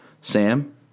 Sam